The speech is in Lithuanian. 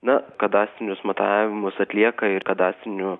na kadastrinius matavimus atlieka ir kadastrinių